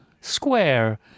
square